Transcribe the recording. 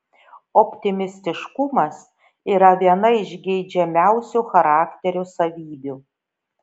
optimistiškumas yra viena iš geidžiamiausių charakterio savybių